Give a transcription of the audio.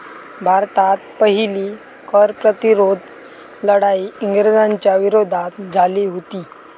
भारतात पहिली कर प्रतिरोध लढाई इंग्रजांच्या विरोधात झाली हुती